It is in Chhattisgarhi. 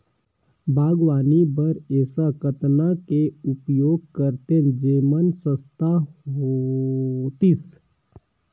बागवानी बर ऐसा कतना के उपयोग करतेन जेमन सस्ता होतीस?